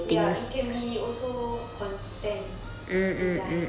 ya it can be also content design